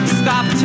stop